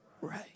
right